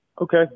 Okay